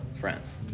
friends